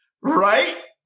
right